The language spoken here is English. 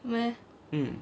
mm